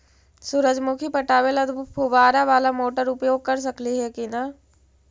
सुरजमुखी पटावे ल फुबारा बाला मोटर उपयोग कर सकली हे की न?